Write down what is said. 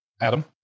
Adam